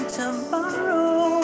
tomorrow